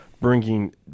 bringing